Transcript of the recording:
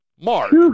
Mark